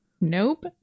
Nope